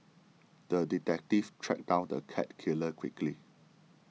the detective tracked down the cat killer quickly